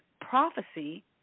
prophecy